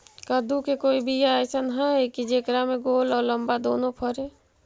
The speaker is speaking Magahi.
कददु के कोइ बियाह अइसन है कि जेकरा में गोल औ लमबा दोनो फरे?